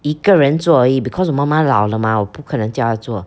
一个人做而已 because 我妈妈老了 mah 我不可能叫她做